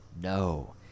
No